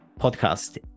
podcast